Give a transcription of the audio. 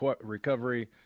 recovery